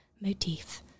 motif